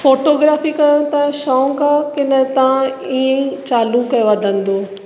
photography कयो त शौक़ु आहे की न तव्हां ई चालू कयो आहे धंधो